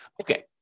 Okay